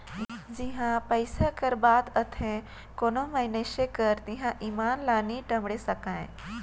जिहां पइसा कर बात आथे कोनो मइनसे कर तिहां ईमान ल नी टमड़े सकाए